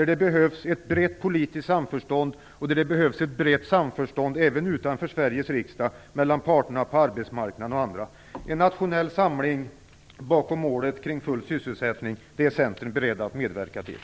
Det behövs ett brett politiskt samförstånd, och det behövs ett brett samförstånd även utanför Sveriges riksdag mellan parterna på arbetsmarknaden och andra - en nationell samling bakom målet full sysselsättning. Det är Centern beredd att medverka till.